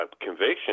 conviction